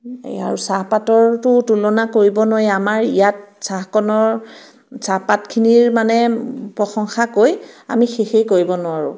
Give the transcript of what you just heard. আৰু এই চাহপাতৰতো তুলনা কৰিব নোৱাৰি আমাৰ ইয়াত চাহকণৰ চাহপাতখিনিৰ মানে প্ৰশংসা কৈ আমি শেষেই কৰিব নোৱাৰোঁ